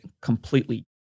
completely